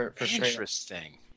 Interesting